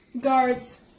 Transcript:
guards